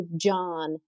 john